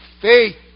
faith